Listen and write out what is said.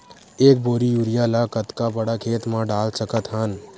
एक बोरी यूरिया ल कतका बड़ा खेत म डाल सकत हन?